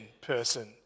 person